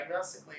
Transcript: diagnostically